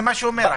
זה מה שהוא אומר.